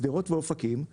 שדרות ואופקים,